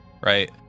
right